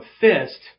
fist